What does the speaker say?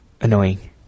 annoying